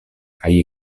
kaj